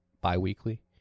bi-weekly